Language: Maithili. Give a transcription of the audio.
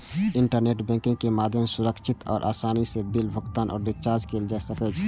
इंटरनेट बैंकिंग के माध्यम सं सुरक्षित आ आसानी सं बिल भुगतान आ रिचार्ज कैल जा सकै छै